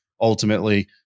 Ultimately